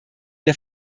der